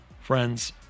Friends